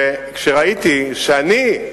וראיתי שאני,